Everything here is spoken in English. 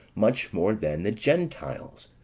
much more than the gentiles.